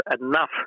enough